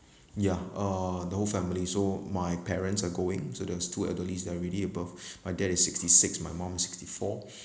ya uh the whole family so my parents are going so there's two elderly they're already above my dad is sixty six my mom sixty four